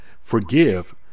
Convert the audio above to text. forgive